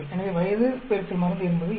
எனவே வயது x மருந்து என்பது 2